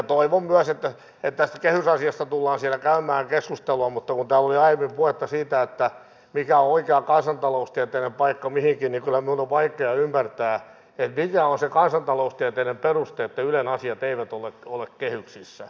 toivon myös että tästä kehysasiasta tullaan siellä käymään keskustelua mutta kun täällä oli aiemmin puhetta siitä mikä on oikea kansantaloustieteellinen paikka mihinkin niin kyllä minun on vaikea ymmärtää mikä on se kansantaloustieteellinen peruste että ylen asiat eivät ole kehyksissä